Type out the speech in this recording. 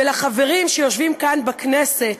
ולחברים שיושבים כאן בכנסת: